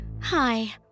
Hi